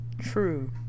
True